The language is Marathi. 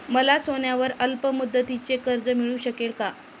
मला सोन्यावर अल्पमुदतीचे कर्ज मिळू शकेल का?